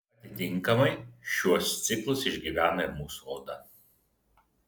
atitinkamai šiuos ciklus išgyvena ir mūsų oda